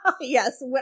yes